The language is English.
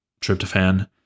tryptophan